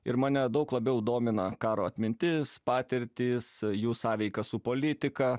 ir mane daug labiau domina karo atmintis patirtis jų sąveika su politika